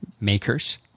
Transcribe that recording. makers